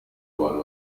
abantu